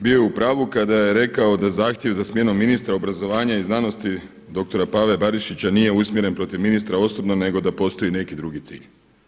Bio je u pravu kada je rekao da zahtjev za smjenom ministra obrazovanja i znanosti doktora Pave Barišića nije usmjeren protiv ministra osobno nego da postoji neki drugi cilj.